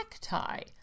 tie